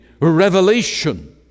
revelation